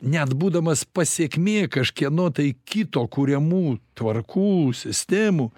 net būdamas pasekmė kažkieno tai kito kuriamų tvarkų sistemų